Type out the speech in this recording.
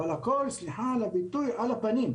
אבל הכול סליחה על הביטוי על הפנים.